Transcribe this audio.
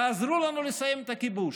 תעזרו לנו לסיים את הכיבוש.